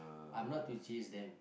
I'm not to chase them